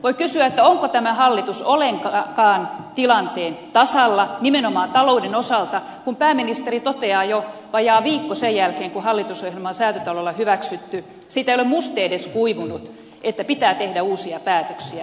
voi kysyä onko tämä hallitus ollenkaan tilanteen tasalla nimenomaan talouden osalta kun pääministeri toteaa jo vajaa viikko sen jälkeen kun hallitusohjelma on säätytalolla hyväksytty siitä ei ole muste edes kuivunut että pitää tehdä uusia päätöksiä